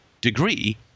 degree